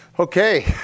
Okay